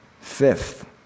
Fifth